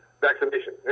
vaccination